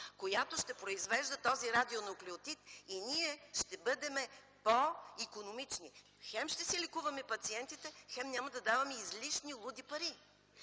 която ще произвежда този радионуклеотид и ще бъдем по-икономични. Хем, ще си лекуваме пациентите, хем – няма да даваме излишни луди пари.